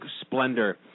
splendor